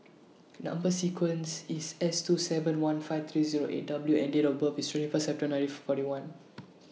Number sequence IS S two seven one five three Zero eight W and Date of birth IS twenty five September nineteen four forty one